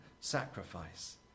sacrifice